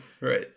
Right